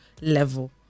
level